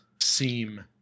seem